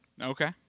Okay